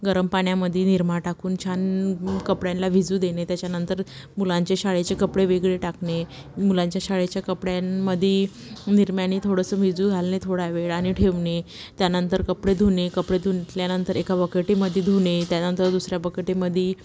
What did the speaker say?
गरम पाण्यामध्ये निरमा टाकून छान कपड्यांला भिजू डेमे त्याच्यानंतर मुलांचे शाळेचे कपडे वेगळे टाकणे मुलांच्या शाळेच्या कपड्यांमध्ये निरम्याने थोडंसं भिजू घालने थोडा वेळ आ आणि ठेवणे त्यानंतर कपडे धुणे कपडे धुतल्यानंतर एका बकेटमध्ये धुणे त्यानंतर दुसऱ्या बकेटमध्ये